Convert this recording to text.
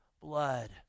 blood